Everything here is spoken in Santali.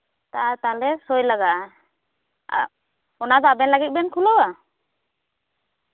ᱛᱟᱦᱞᱚᱮ ᱥᱳᱭ ᱞᱟᱜᱟᱜᱼᱟ ᱟᱜ ᱚᱱᱟᱫᱚ ᱟᱵᱮᱱ ᱞᱟᱹᱜᱤᱫ ᱵᱮᱱ ᱠᱷᱩᱞᱟᱹᱣᱼᱟ